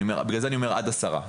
לכן אני אומר עד עשרה,